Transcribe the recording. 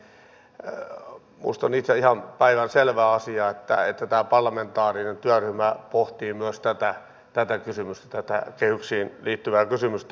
minusta on itsestäni ihan päivänselvä asia että tämä parlamentaarinen työryhmä pohtii myös tätä kehyksiin liittyvää kysymystä